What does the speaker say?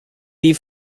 die